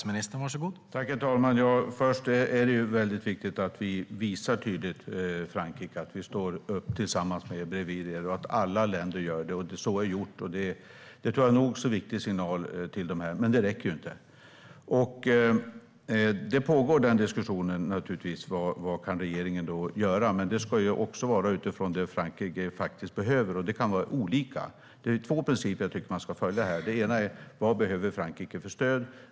Herr talman! Först är det väldigt viktigt att vi tydligt visar Frankrike att vi står upp tillsammans med och bredvid dem och att alla länder gör det. Så är gjort. Det tror jag är en nog så viktig signal. Men det räcker inte. Det pågår naturligtvis en diskussion om vad regeringen kan göra. Men det ska också vara utifrån det Frankrike faktiskt behöver, och det kan vara olika saker. Det är två principer jag tycker att man ska följa här. Den ena är: Vad behöver Frankrike för stöd?